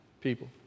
people